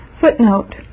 Footnote